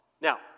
Now